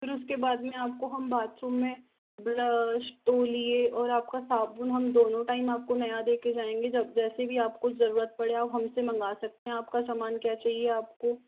फिर उसके बाद में आपको हम बाथरूम में ब्रश तौलिये और आपका साबुन हम दोनों टाइम हम आपको नया दे के जाएंगे जब जैसे भी आपको ज़रूरत पड़े आप हमसे मंगा सकते है आपका समान क्या चाहिए आपको